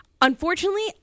unfortunately